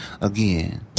Again